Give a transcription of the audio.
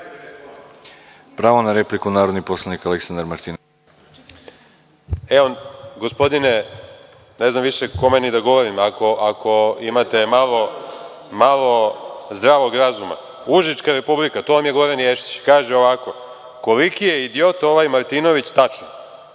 Martinović. Izvolite. **Aleksandar Martinović** Evo, gospodine, ne znam više kome ni da govorim, ako imate malo zdravog razuma, Užička republika, to vam je Goran Ješić, kaže ovako – koliki je idiot ovaj Martinović. Tačno,